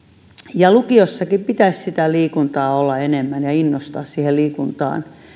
ja lukiossakin pitäisi sitä liikuntaa olla enemmän ja innostaa siihen liikuntaan